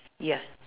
ya